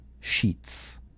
sheets